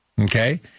okay